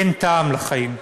אין טעם לחיים.